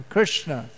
Krishna